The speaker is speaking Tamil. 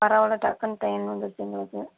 பரவாயில்ல டக்குன்னு ட்ரெயின் வந்துடுச்சு எங்களுக்கு